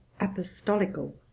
apostolical